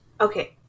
okay